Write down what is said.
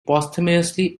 posthumously